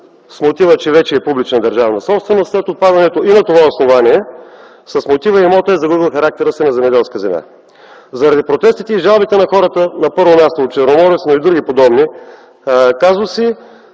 отпада, че вече е публична държавна собственост, след отпадането и на това основание с мотива „имотът е загубил характера земеделска земя”. Заради протестите и жалбите на хората, на първо място, от Черноморец, но и от други подобни казуси